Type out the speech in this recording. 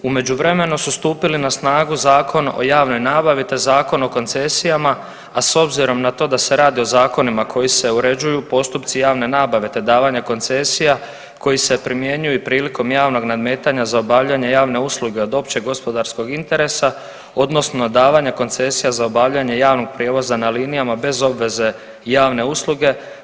U međuvremenu su stupili na snagu Zakon o javnoj nabavi, te Zakona o koncesijama a s obzirom na to da se radi o zakonima koji se uređuju postupci javne nabave te davanje koncesija koji se primjenjuju i prilikom javnog nadmetanja za obavljanje javne usluge od općeg gospodarskog interesa odnosno davanje koncesija za obavljanje javnog prijevoza na linijama bez obveze javne usluge.